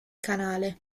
canale